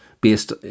based